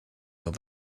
the